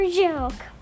joke